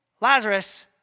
Lazarus